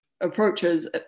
approaches